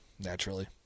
naturally